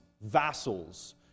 vassals